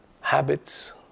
habits